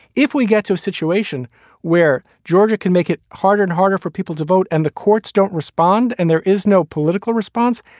if we get to a situation where georgia can make it harder and harder for people to vote and the courts don't respond. and there is no political response.